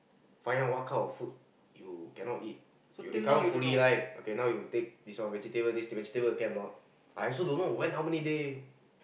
find out what kind of food you cannot eat you recover fully right okay now you take this one vegetable this vegetable cannot or not I also don't know when how many day